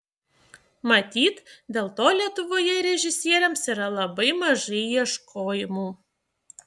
matyt dėl to lietuvoje režisieriams yra labai mažai ieškojimų